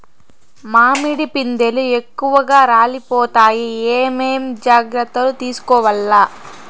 మామిడి పిందెలు ఎక్కువగా రాలిపోతాయి ఏమేం జాగ్రత్తలు తీసుకోవల్ల?